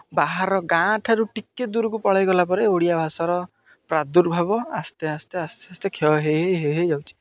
ବାହାର ଗାଁଠାରୁ ଟିକିଏ ଦୂରକୁ ପଳାଇଗଲା ପରେ ଓଡ଼ିଆ ଭାଷାର ପ୍ରାଦୁର୍ଭାବ ଆସ୍ତେ ଆସ୍ତେ ଆସ୍ତେ ଆସ୍ତେ କ୍ଷୟ ହୋଇ ହୋଇଯାଉଛି